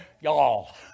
Y'all